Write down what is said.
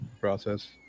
process